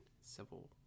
Civil